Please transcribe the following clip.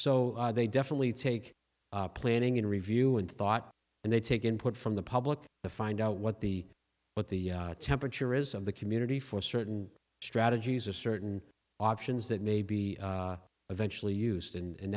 so they definitely take planning and review and thought and they take input from the public to find out what the what the temperature is of the community for certain strategies or certain options that may be eventually used and